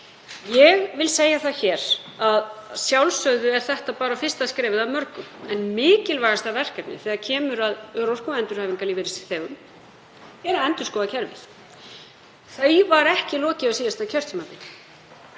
Ég vil segja það hér að að sjálfsögðu er þetta bara fyrsta skrefið af mörgum en mikilvægasta verkefnið þegar kemur að örorku- og endurhæfingarlífeyrisþegum er að endurskoða kerfið. Því var ekki lokið á síðasta kjörtímabili.